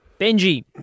Benji